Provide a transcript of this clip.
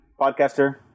podcaster